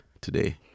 today